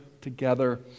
together